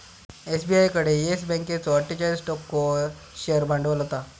SBI कडे Yes बँकेचो अट्ठोचाळीस टक्को शेअर भांडवल होता